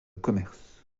commerce